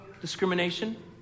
discrimination